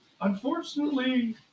Unfortunately